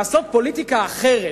לעשות פוליטיקה אחרת.